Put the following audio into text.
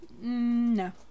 No